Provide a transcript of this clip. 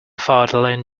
fatherland